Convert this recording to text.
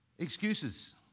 excuses